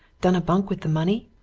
done a bunk with the money?